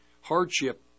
hardship